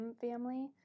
family